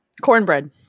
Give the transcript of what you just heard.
cornbread